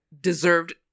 deserved